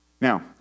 Now